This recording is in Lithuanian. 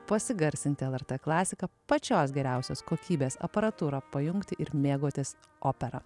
pasigarsinti lrt klasiką pačios geriausios kokybės aparatūrą pajungti ir mėgautis opera